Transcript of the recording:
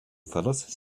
fellas